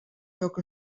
lloc